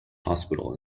hospital